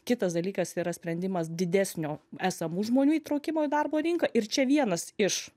kitas dalykas yra sprendimas didesnio esamų žmonių įtraukimo į darbo rinką ir čia vienas iš